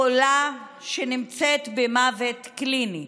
חולה שנמצאת במוות קליני.